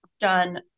done